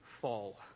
fall